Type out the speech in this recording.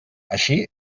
així